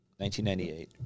1998